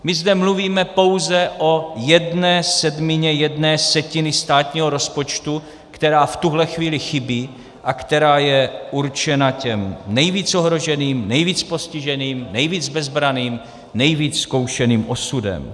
My zde mluvíme pouze o jedné sedmině z jedné setiny státního rozpočtu, která v tuhle chvíli chybí a která je určena těm nejvíc ohroženým, nejvíc postiženým, nejvíc bezbranným, nejvíc zkoušeným osudem.